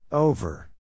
Over